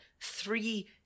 three